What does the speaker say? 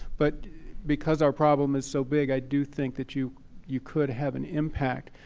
but because our problem is so big, i do think that you you could have an impact.